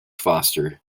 foster